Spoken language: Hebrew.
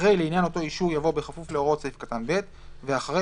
אחרי "לעניין אותו אישור" יבוא "בכפוף להוראות סעיף קטן (ב)" ואחרי